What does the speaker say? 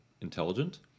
intelligent